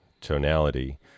tonality